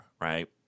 right